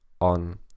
on